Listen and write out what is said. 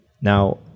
Now